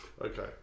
Okay